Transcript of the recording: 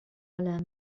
على